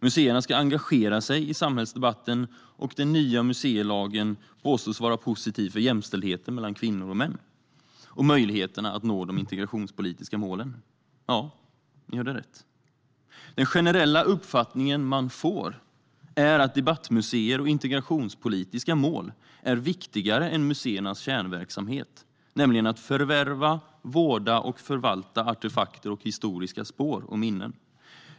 Museerna ska engagera sig i samhällsdebatten, och den nya museilagen påstås vara positiv för jämställdheten mellan kvinnor och män och för möjligheterna att nå de integrationspolitiska målen. Ja, ni hörde rätt. Den generella uppfattning man får är att debattmuseer och integrationspolitiska mål är viktigare än museernas kärnverksamhet, nämligen att förvärva, vårda och förvalta artefakter och historiska spår och minnen.